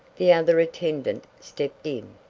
the other attendant stepped in,